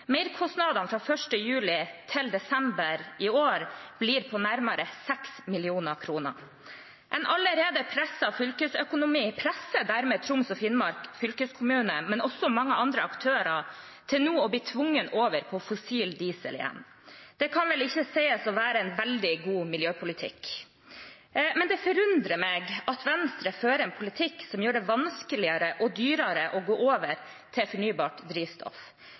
fra 1. juli til desember i år blir på nærmere 6 mill. kr. En allerede presset fylkesøkonomi presser dermed Troms og Finnmark fylkeskommune, men også mange andre aktører, over på fossil diesel igjen. Det kan vel ikke sies å være en veldig god miljøpolitikk. Det forundrer meg at Venstre fører en politikk som gjør det vanskeligere og dyrere å gå over til fornybart drivstoff.